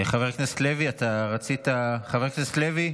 חבר הכנסת לוי, אתה רצית, חבר הכנסת לוי?